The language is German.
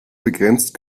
begrenzt